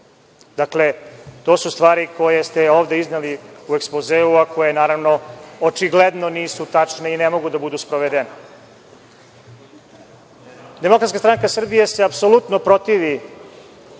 Dakle, to su stvari koje ste ovde izneli u ekspozeu, a koje naravno, očigledno nisu tačni i ne mogu da budu sprovedene. Demokratska stranka Srbije se apsolutno protivi